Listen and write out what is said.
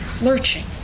lurching